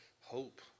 hope